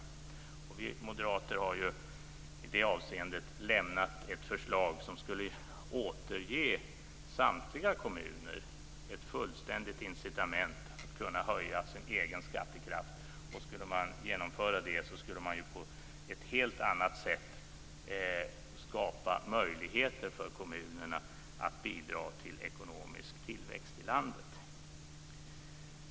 Vi moderater har i det avseendet lagt fram ett förslag som är sådant att samtliga kommuner skulle återges ett fullständigt incitament för att höja den egna skattekraften. Om det genomfördes skulle man på ett helt annat sätt skapa möjligheter för kommunerna att bidra till ekonomisk tillväxt i landet.